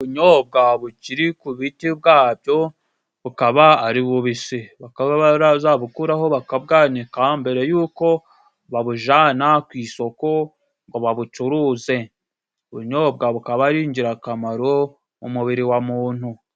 Ubunyobwa bukiri ku biti bwacyo bukaba ari bubisi bakaba bazabukuraho, bakabwawanika, mbere yuko babujana ku isoko ngo babucuruze, ubunyobwa bukaba ari ingirakamaro mu mubiri wa muntu.